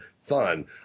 fun